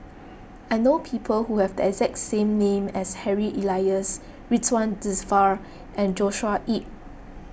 I know people who have the exact name as Harry Elias Ridzwan Dzafir and Joshua Ip